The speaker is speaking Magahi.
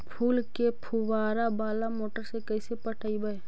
फूल के फुवारा बाला मोटर से कैसे पटइबै?